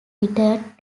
returned